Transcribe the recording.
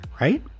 Right